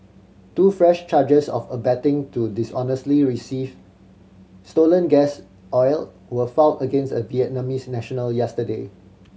two fresh charges of abetting to dishonestly receive stolen gas oil were filed against a Vietnamese national yesterday